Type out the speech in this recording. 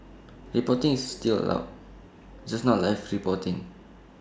reporting is still allowed just not live reporting